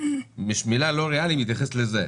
האמירה "לא ריאלי" מתייחסת לזה,